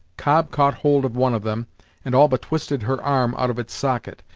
cobb caught hold of one of them and all but twisted her arm out of its socket.